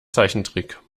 zeichentrick